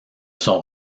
sont